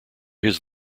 his